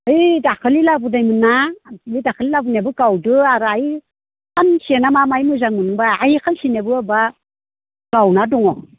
ओय दाखालि लाबोनायमोन ना बे दाखालि लाबोनायाबो गावदो आरो ओय सानसेना मा माय मोजां मोनोबा ओय सानसेनियाबो बबेबा गावना दङ